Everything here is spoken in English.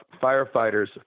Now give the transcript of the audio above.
firefighters